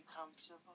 comfortable